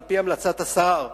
על-פי המלצת השר,